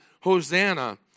Hosanna